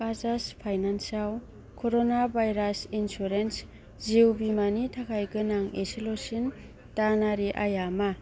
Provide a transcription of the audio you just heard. बाजाज फाइनान्सआव corona virus insurance जिउ बीमानि थाखाय गोनां एसेल'सिन दानारि आइया मा